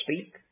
speak